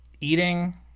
eating